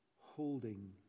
holding